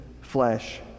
flesh